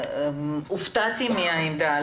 שדי הופתעתי מהעמדה,